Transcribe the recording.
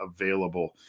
available